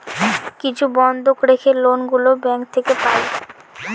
কিছু বন্ধক রেখে লোন গুলো ব্যাঙ্ক থেকে পাই